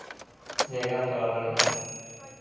ᱡᱟᱭᱜᱟ ᱨᱮᱢ ᱪᱟᱞᱟᱣ ᱫᱟᱲᱮᱭᱟᱜᱼᱟ